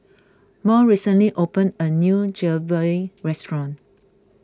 Murl recently opened a new Jalebi restaurant